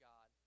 God